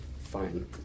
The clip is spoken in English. fine